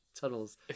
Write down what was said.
tunnels